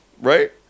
right